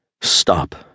Stop